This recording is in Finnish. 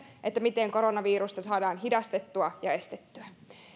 miten koronavirusta saadaan hidastettua ja estettyä